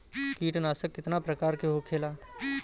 कीटनाशक कितना प्रकार के होखेला?